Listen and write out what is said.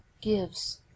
gives